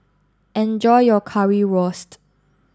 enjoy your Currywurst